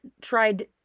tried